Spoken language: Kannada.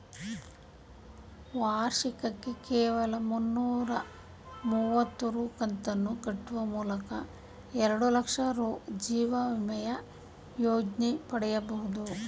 ವಾರ್ಷಿಕಕ್ಕೆ ಕೇವಲ ಮುನ್ನೂರ ಮುವತ್ತು ರೂ ಕಂತನ್ನು ಕಟ್ಟುವ ಮೂಲಕ ಎರಡುಲಕ್ಷ ರೂ ಜೀವವಿಮೆಯ ಯೋಜ್ನ ಪಡೆಯಬಹುದು